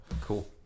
Cool